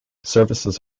services